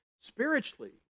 spiritually